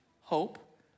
Hope